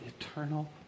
eternal